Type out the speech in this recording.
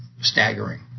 staggering